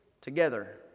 together